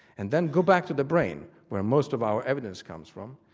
and then go back to the brain where most of our evidence comes from,